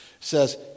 says